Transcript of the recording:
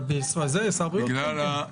שר הבריאות, כן.